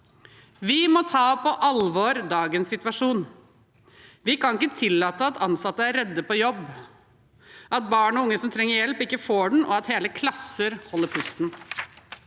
Vi må ta dagens situasjon på alvor. Vi kan ikke tillate at ansatte er redde på jobb, at barn og unge som trenger hjelp, ikke får den, og at hele klasser holder pusten.